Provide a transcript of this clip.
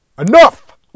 Enough